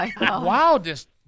Wildest